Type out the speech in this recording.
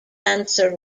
dancer